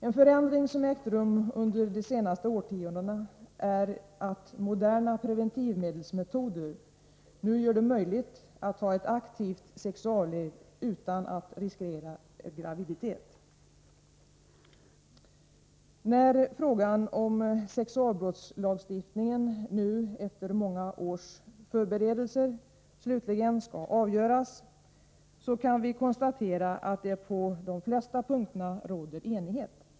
En förändring som ägt rum under de senaste årtiondena är att moderna preventivmetoder nu gör det möjligt att ha ett aktivt sexualliv utan att riskera graviditet. När frågan om sexualbrottslagstiftningen nu efter många års förberedelser slutligen skall avgöras kan vi konstatera att det på de flesta punkter råder enighet.